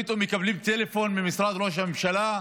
פתאום הם מקבלים טלפון ממשרד ראש הממשלה,